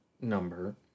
number